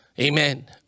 Amen